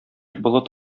болыт